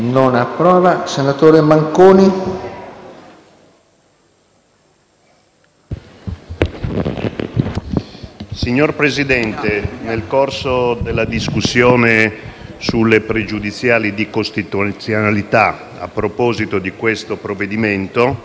Signor Presidente, nel corso della discussione sulle pregiudiziali di costituzionalità, a proposito di questo provvedimento, ho avuto modo di sviluppare